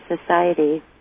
society